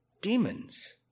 demons